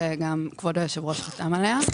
שגם כבוד היושב-ראש חתם עליה.